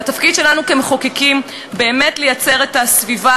והתפקיד שלנו כמחוקקים הוא באמת לייצר את הסביבה